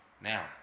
Now